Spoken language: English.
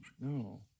no